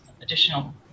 additional